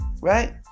right